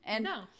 No